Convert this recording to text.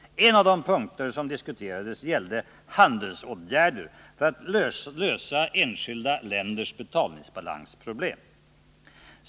En av de punkter som diskuterades gällde handelsåtgärder för att lösa enskilda länders betalningsbalansproblem.